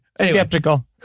Skeptical